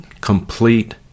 Complete